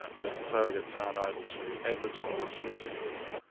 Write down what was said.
that that surrogates aren't able to advertise, for example.